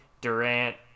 Durant